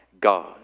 God